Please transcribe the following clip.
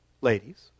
ladies